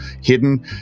hidden